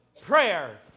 prayer